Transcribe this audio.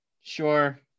sure